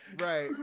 Right